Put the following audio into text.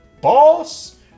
BOSS